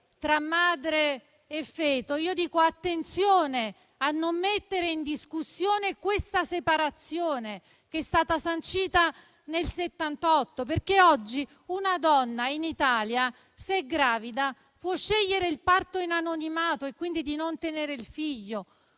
tra madre e feto, io dico: attenzione a non mettere in discussione questa separazione, che è stata sancita nel 1978. Oggi una donna in Italia, se gravida, può scegliere il parto in anonimato e non tenere il figlio